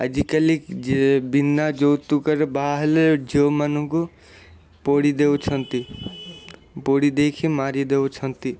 ଆଜିକାଲି ବିନା ଯୌତୁକରେ ବାହାହେଲେ ଝିଅମାନଙ୍କୁ ପୋଡ଼ି ଦେଉଛନ୍ତି ପୋଡ଼ିଦେଇକି ମାରିଦେଉଛନ୍ତି